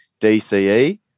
DCE